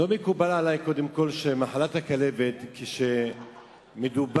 לא מקובל עלי שמחלת הכלבת, כשמדובר